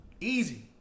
Easy